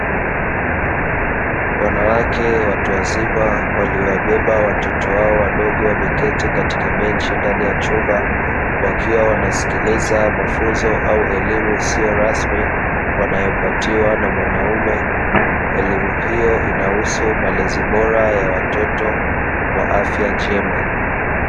Wanawake watu wazima waliowabeba watoto wao wadogo, wameketi katika benchi ndani ya chumba wakiwa wanaskiliza mafunzo au elimu isiyo rasmi wanayopatiwa na mwanaume, elimu hiyo inahusu malezi bora ya watoto wa afya njema.